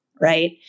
right